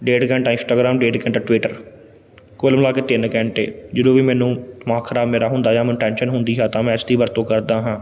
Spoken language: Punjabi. ਡੇਢ ਘੰਟਾ ਇੰਸਟਾਗਰਾਮ ਡੇਢ ਘੰਟਾ ਟਵਿੱਟਰ ਕੁੱਲ ਮਿਲਾ ਕੇ ਤਿੰਨ ਘੰਟੇ ਜਦੋਂ ਵੀ ਮੈਨੂੰ ਦਿਮਾਗ ਖ਼ਰਾਬ ਮੇਰਾ ਹੁੰਦਾ ਜਾਂ ਮੈਨੂੰ ਟੈਂਸ਼ਨ ਹੁੰਦੀ ਹੈ ਤਾਂ ਮੈਂ ਇਸ ਦੀ ਵਰਤੋਂ ਕਰਦਾ ਹਾਂ